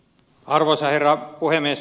arvoisa herra puhemies